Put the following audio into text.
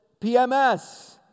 PMS